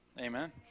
Amen